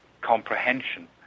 comprehension